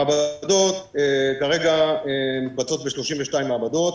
הבדיקות כרגע מתבצעות ב-32 מעבדות.